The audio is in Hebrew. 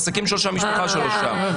העסקים שלו שם, המשפחה שלו שם.